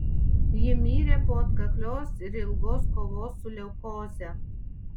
ji mirė po atkaklios ir ilgos kovos su leukoze